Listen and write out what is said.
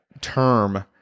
term